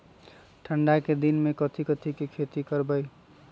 ठंडा के दिन में कथी कथी की खेती करवाई?